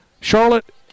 Charlotte